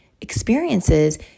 experiences